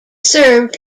served